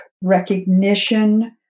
recognition